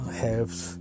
helps